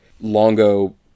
Longo